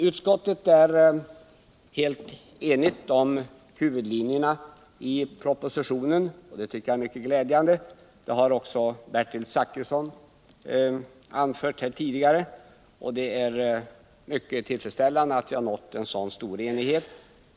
Utskottet är alltså helt enigt om huvudlinjerna i propositionen, och det tycker jag är mycket glädjande. Denna enighet har också påpekats av Bertil Zachrisson, och det är mycket tillfredsställande att vi har nått en så stor enighet.